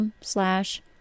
slash